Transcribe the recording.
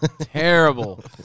terrible